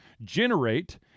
generate